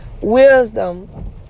wisdom